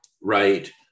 right